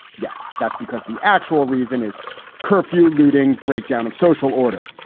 yes, that's because the actual reason is curfew, looting, breakdown of social order.